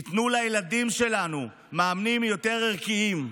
ייתנו לילדים שלנו מאמנים יותר ערכיים,